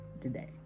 today